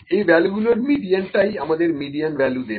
এই ভ্যালুগুলোর মিডিয়ানটাই আমাদের মিডিয়ান ভ্যালু দেবে